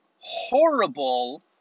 horrible